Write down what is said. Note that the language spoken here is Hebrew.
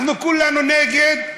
אנחנו כולנו נגד,